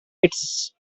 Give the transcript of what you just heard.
its